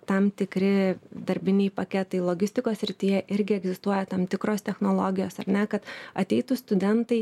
tam tikri darbiniai paketai logistikos srityje irgi egzistuoja tam tikros technologijos ar ne kad ateitų studentai